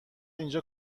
اینجا